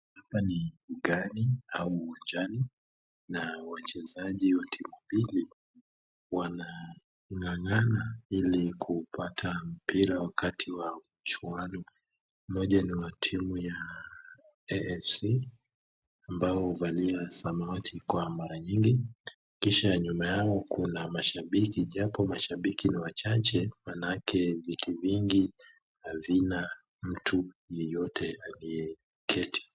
Hapa ni mbugani au uwanjani na wachezaji wa timu mbili wanang'ang'ana ili kupata mpira wakati wa mchuano. Mmoja ni wa timu ta AFC ambayo huvalia samawati kwa maranyingi kisha nyuma yao kuna mashabiki japo mashabiki ni wachache maanake viti vingi havina mtu yeyote aliyeketi.